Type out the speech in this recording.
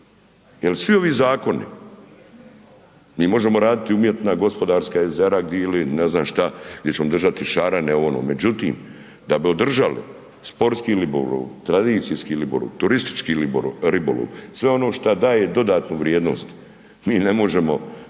jel svi ovi zakoni, mi možemo raditi umjetna gospodarska jezera ili ne znam šta gdje ćemo držati šarene, ovo ono, međutim da bi održali sportski ribolov, tradicijski ribolov, turistički ribolov, sve ono šta daje dodatnu vrijednost mi ne možemo da